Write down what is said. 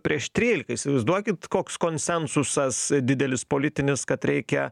prieš trylika įsivaizduokit koks konsensusas didelis politinis kad reikia